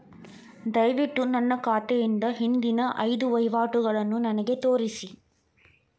ದಯವಿಟ್ಟು ನನ್ನ ಖಾತೆಯಿಂದ ಹಿಂದಿನ ಐದು ವಹಿವಾಟುಗಳನ್ನು ನನಗೆ ತೋರಿಸಿ